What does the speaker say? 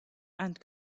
and